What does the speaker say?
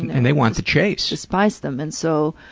and they want the chase. despise them and so,